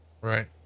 right